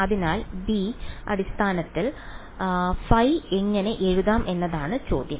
അതിനാൽ b അടിസ്ഥാനത്തിൽ ϕ എങ്ങനെ എഴുതാം എന്നതാണ് ചോദ്യം